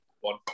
one